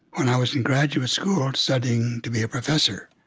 when i was in graduate school studying to be a professor.